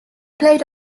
played